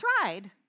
tried